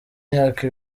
imyaka